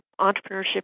entrepreneurship